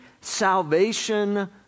salvation